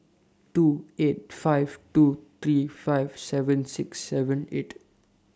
two eight five two three five seven six seven eight